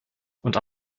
und